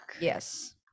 Yes